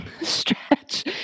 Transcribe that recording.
stretch